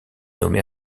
nommé